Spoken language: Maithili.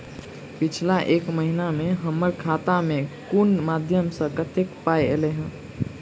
पिछला एक महीना मे हम्मर खाता मे कुन मध्यमे सऽ कत्तेक पाई ऐलई ह?